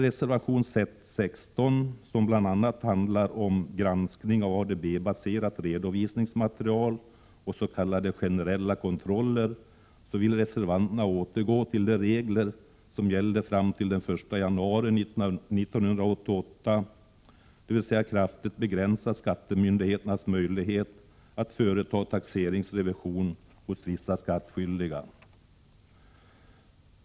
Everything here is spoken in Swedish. Reservation 16 handlar bl.a. om granskning av ADB-baserat redovisningsmaterial och s.k. generella kontroller. Reservanterna vill återgå till de regler som gällde fram till den 1 januari 1988, dvs. kraftigt begränsa skattemyndigheternas möjlighet att företa taxeringsrevision hos vissa skattskyldiga.